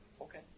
Okay